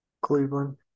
Cleveland